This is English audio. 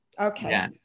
Okay